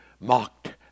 mocked